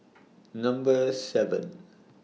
Number seven